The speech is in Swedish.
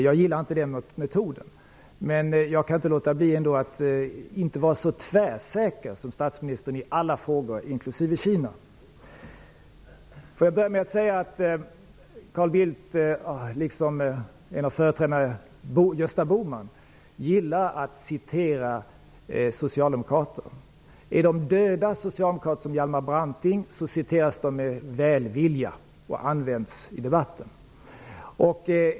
Jag gillar inte den metoden, men jag kan inte vara lika tvärsäker som statsministern i alla frågor, inklusive Kina. Carl Bildt, liksom en av hans företrädare Gösta Bohman, gillar att citera socialdemokrater. Är de döda socialdemokrater, som Hjalmar Branting, citeras de med välvilja och används i debatten.